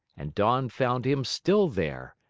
and dawn found him still there,